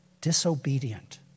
disobedient